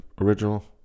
original